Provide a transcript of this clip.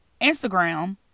Instagram